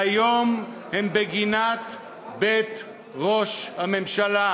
והיום הם בגינת בית ראש הממשלה.